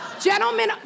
Gentlemen